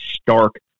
stark